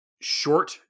short